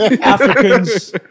Africans